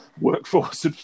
workforce